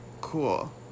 Cool